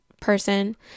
person